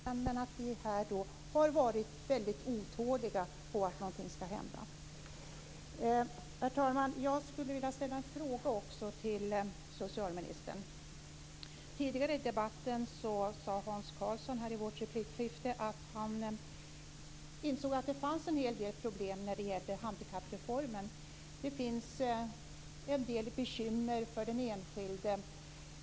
Herr talman! Socialministern tar också upp ansvars och finansieringsprincipen. Jag vill bara citera ur vår reservation. Där står det så här: "Ansvaret för att öka tillgängligheten skall i första hand ligga lokalt, på kommuner och andra lokala aktörer som t.ex. privata fastighetsägare". Jag tycker att det ganska klart visar att vi står fast vid det, men att vi här har varit väldigt otåliga och velat att någonting ska hända. Herr talman! Jag skulle också vilja ställa en fråga till socialministern. Tidigare i debatten sade Hans Karlsson i vårt replikskifte att han insåg att det fanns en hel del problem när det gällde handikappreformen. Det finns en del bekymmer för den enskilde.